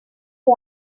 que